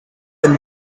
been